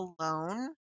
alone